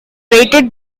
rated